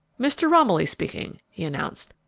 mr. romilly speaking, he announced.